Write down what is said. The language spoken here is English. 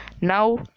now